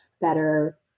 better